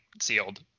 Sealed